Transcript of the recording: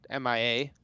MIA